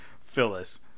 Phyllis